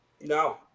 No